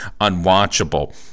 unwatchable